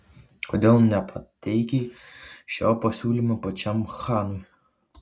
kodėl nepateikei šio pasiūlymo pačiam chanui